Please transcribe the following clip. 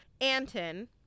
Anton